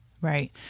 right